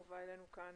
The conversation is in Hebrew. הובא לכאן